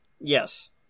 Yes